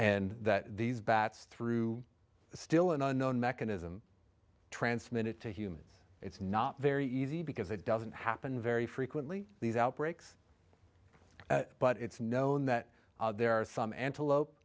and that these bats through still an unknown mechanism transmitted to humans it's not very easy because it doesn't happen very frequently these outbreaks but it's known that there are some antelope